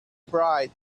bright